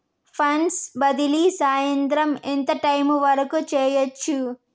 funds బదిలీ సాయంత్రం ఎంత టైము వరకు చేయొచ్చు